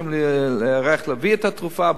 הולכים להיערך להביא את התרופה,